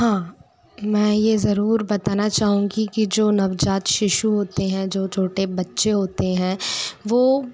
हाँ मैं ये ज़रूर बताना चाहूँगी कि जो नवजात शिशु होते हैं जो छोटे बच्चे होते हैं वो